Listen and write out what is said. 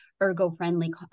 ergo-friendly